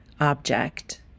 object